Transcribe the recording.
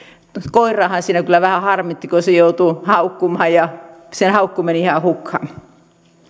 koiraahan siinä kyllä vähän harmitti kun se joutui haukkumaan ja sen haukku meni ihan hukkaan